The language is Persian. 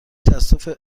تصادف